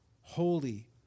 holy